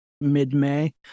mid-may